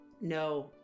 No